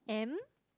M